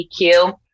BQ